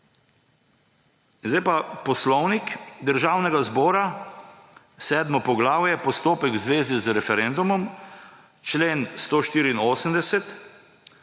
Zdaj pa Poslovnik Državnega zbora, sedmo poglavje, postopek v zvezi z referendumom, člen 184: